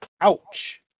ouch